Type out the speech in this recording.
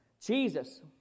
Jesus